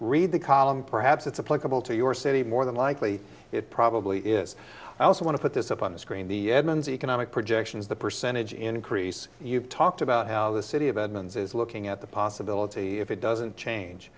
read the column perhaps it's a pleasurable to your city more than likely it probably is i also want to put this up on the screen the edmunds economic projections the percentage increase you've talked about how the city of edmonds is looking at the possibility if it doesn't change